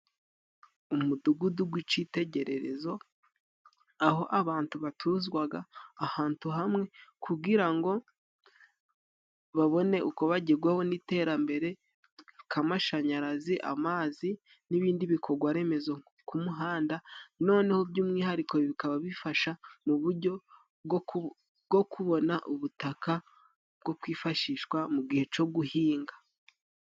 Umudugudu gw'icitegererezo aho abatu batuzwaga ahatu hamwe, kugira ngo babone uko bagegwaho n'iterambere nk'amashanyarazi, amazi n'ibindi bikorwaremezo nk'umuhanda noneho by'umwihariko bikaba bifasha mu buryo bwo kubona ubutaka bwo kwifashishwa mu gihe co guhinga.